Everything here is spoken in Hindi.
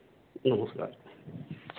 नमस्कार